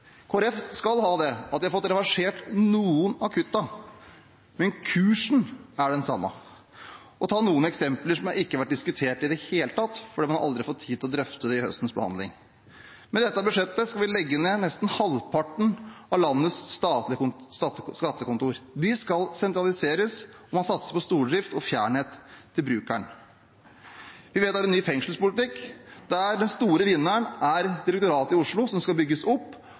Folkeparti skal ha det at de har fått reversert noen av kuttene, men kursen er den samme. Jeg vil ta noen eksempler som ikke har vært diskutert i det hele tatt, fordi man aldri har fått tid til å drøfte det i høstens behandling: Med dette budsjettet skal vi legge ned nesten halvparten av landets statlige skattekontor. De skal sentraliseres, man satser på stordrift og å være fjernt fra brukeren. Vi vedtar en ny fengselspolitikk, der den store vinneren er direktoratet i Oslo, som skal bygges opp,